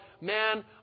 man